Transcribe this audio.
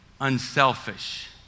unselfish